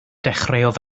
dechreuodd